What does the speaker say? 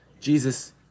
Jesus